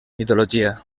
mitologia